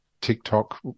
TikTok